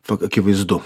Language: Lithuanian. siog akivaizdu